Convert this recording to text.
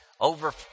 over